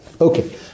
Okay